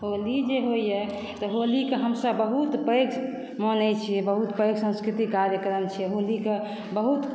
होली जे होइए से होलीके हमसभ बहुत पैघ मानैत छियै बहुत पैघ सांस्कृतिक कार्यक्रम छै होलीके बहुत